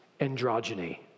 androgyny